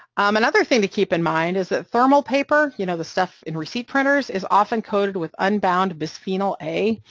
um another thing to keep in mind is that thermal paper, you know, the stuff in receipt printers is often coated with unbounded bisphenol a,